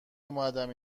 اومدم